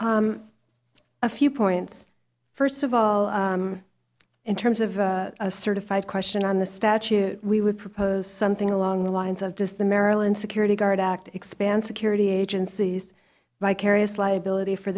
honor a few points first of all in terms of a certified question on the statue we would propose something along the lines of just the maryland security guard act expand security agencies vicarious liability for